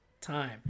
time